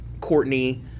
Courtney